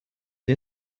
sie